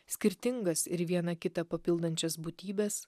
skirtingas ir viena kitą papildančias būtybes